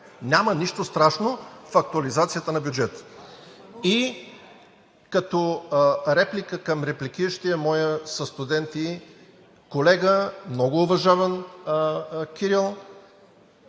Няма нищо страшно в актуализацията на бюджета. И като реплика на репликиращия – моят състудент и колега и много уважаван Кирил,